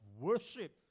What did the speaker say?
worship